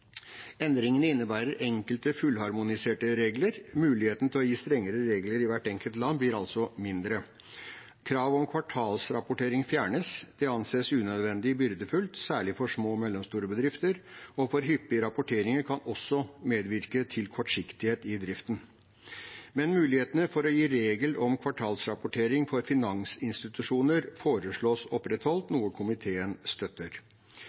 Endringene innebærer enkelte fullharmoniserte regler. Muligheten til å gi strengere regler i hvert enkelt land blir altså mindre. Kravet om kvartalsrapportering fjernes. Det anses unødvendig byrdefullt, særlig for små og mellomstore bedrifter, for hyppig rapportering kan også medvirke til kortsiktighet i driften. Men mulighetene for å gi regler om kvartalsrapportering for finansinstitusjoner foreslås opprettholdt, noe komiteen støtter.